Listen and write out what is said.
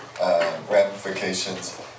ramifications